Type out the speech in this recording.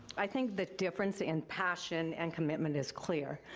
i think the difference in passion and commitment is clear.